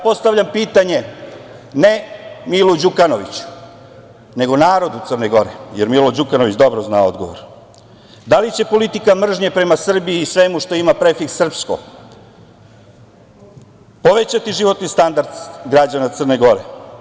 Postavljam pitanje ne Milu Đukanoviću nego narodu Crne Gore, jer Milo Đukanović dobro zna odgovor - da li će politika mržnje prema Srbiju i svemu što ima prefiks srpsko povećati životni standard građana Crne Gore?